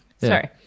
Sorry